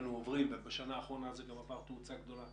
ובשנה האחרונה זה עבר תאוצה גדולה